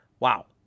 Wow